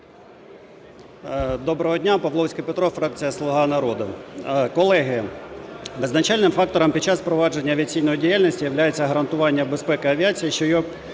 Доброго дня! Павловський Петро, фракція "Слуга народу". Колеги, визначальним фактором під час провадження авіаційної діяльності являється гарантування безпеки авіації, що є